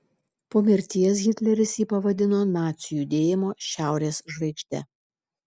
po mirties hitleris jį pavadino nacių judėjimo šiaurės žvaigžde